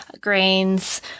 grains